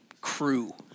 crew